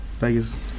Vegas